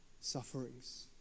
sufferings